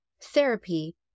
therapy